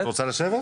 אני בת שבע עשרה,